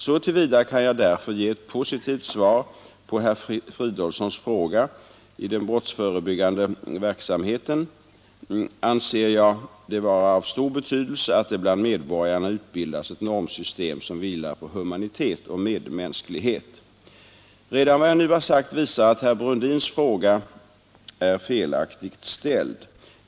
Så till vida kan jag därför ge ett positivt svar på herr Fridolfssons fråga: I den brottsförebyggande verksamheten anser jag det vara av stor betydelse att det bland medborgarna utbildas ett normsystem som vilar på humanitet och medmänsklighet. Redan vad jag nu har sagt visar att herr Brundins fråga är felaktigt ställd.